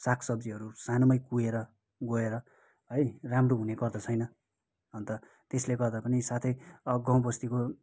साग सब्जीहरू सानोमै कुहेर गएर है राम्रो हुने गर्दछैन अन्त त्यसले गर्दा पनि साथै गाउँ बस्तीको